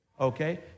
okay